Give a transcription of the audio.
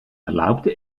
erlaubte